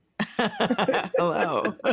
Hello